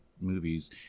movies